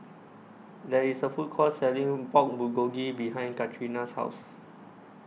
There IS A Food Court Selling Pork Bulgogi behind Katrina's House